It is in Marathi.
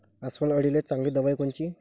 अस्वल अळीले चांगली दवाई कोनची?